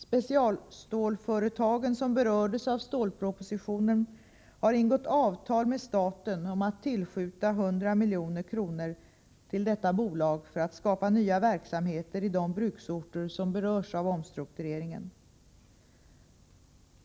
Specialstålsföretagen som berördes av stålpropositionen har ingått avtal med staten om att tillskjuta 100 milj.kr. till detta bolag för att skapa nya verksamheter i de bruksorter som berörs av omstruktureringen.